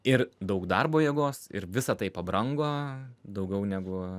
ir daug darbo jėgos ir visa tai pabrango daugiau negu